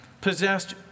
possessed